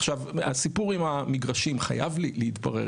עכשיו, הסיפור עם המגרשים חייב להתברר.